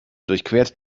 durchquert